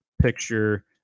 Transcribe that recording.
picture